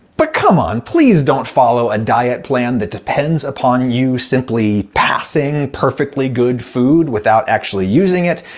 but, come on, please don't follow a diet plan that depends upon you simply passing perfectly good food without actually using it.